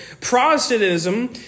Protestantism